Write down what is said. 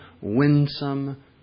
winsome